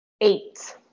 Eight